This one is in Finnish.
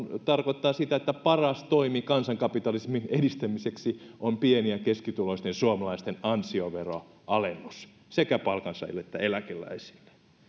tarkoittaa sitä että paras toimi kansankapitalismin edistämiseksi on pieni ja keskituloisten suomalaisten ansioveron alennus sekä palkansaajille että eläkeläisille